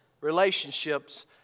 relationships